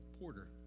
Porter